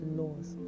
laws